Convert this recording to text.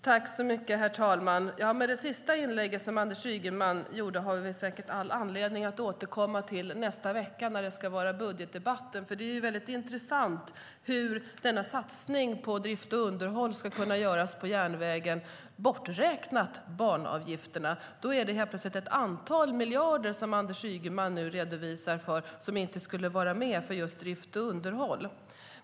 Herr talman! Det som Anders Ygeman sade i sitt senaste anförande har vi säkert all anledning att återkomma till nästa vecka när det är budgetdebatt. Det ska bli väldigt intressant att höra hur denna satsning på drift och underhåll ska kunna göras på järnvägen samtidigt som man bortser från banavgifterna. Då blir det plötsligt ett antal miljoner som inte ska ingå i drift och underhåll.